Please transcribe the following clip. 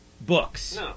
books